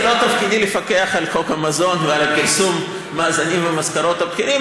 זה לא תפקידי לפקח על חוק המזון ועל פרסום מאזנים ומשכורות הבכירים,